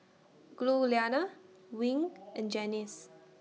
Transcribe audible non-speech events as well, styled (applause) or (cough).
Giuliana Wing (noise) and Janice